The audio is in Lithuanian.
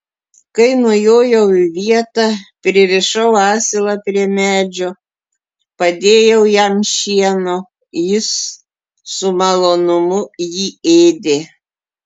kai nujojau į vietą pririšau asilą prie medžio padėjau jam šieno jis su malonumu jį ėdė